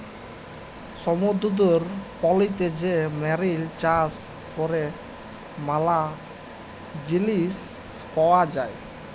সমুদ্দুরের পলিতে যে মেরিল চাষ ক্যরে ম্যালা জিলিস পাওয়া যায়